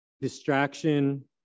Distraction